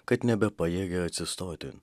kad nebepajėgia atsistoti